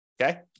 okay